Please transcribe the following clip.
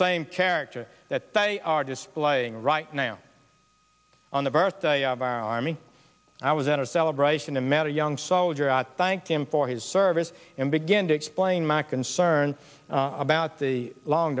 same character that they are displaying right now on the birthday of our army i was at or celebration the matter young soldier out thanked him for his service and began to explain my concern about the long